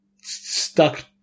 stuck